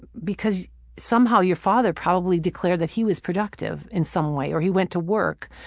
because somehow your father probably declared that he was productive in some way, or he went to work,